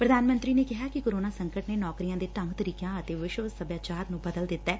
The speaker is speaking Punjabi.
ਪੁਧਾਨ ਮੰਤਰੀ ਨੇ ਕਿਹਾ ਕਿ ਕੋਰੋਨਾ ਸੰਕਟ ਨੇ ਨੌਕਰੀਆਂ ਦੇ ਢੰਗ ਤਰੀਕਿਆਂ ਅਤੇ ਵਿਸ਼ਵ ਸਭਿਆਚਾਰ ਨੰ ਬਦਲ ਦਿੱਤੈ